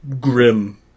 grim